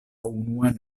unuan